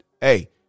Hey